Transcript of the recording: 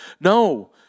No